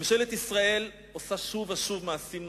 ממשלת ישראל עושה שוב ושוב מעשים,